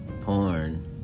porn